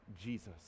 Jesus